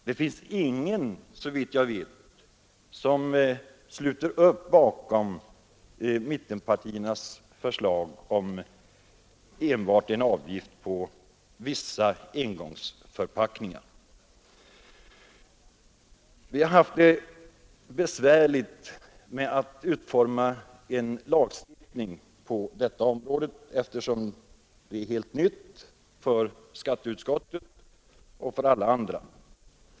Det finns såvitt jag vet ingen som sluter upp bakom mittenpartiernas förslag om en avgift enbart på vissa engångsförpackningar. Vi har haft det besvärligt när det gällt att utforma en lagstiftning på detta område, eftersom det är helt nytt för skatteutskottet liksom för alla andra.